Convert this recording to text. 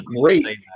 great